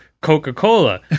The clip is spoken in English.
Coca-Cola